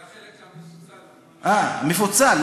זה החלק המפוצל מפוצל.